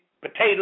potatoes